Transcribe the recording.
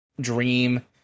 dream